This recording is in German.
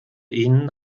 ihnen